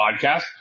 podcast